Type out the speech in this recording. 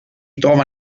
trova